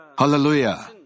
Hallelujah